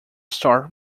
start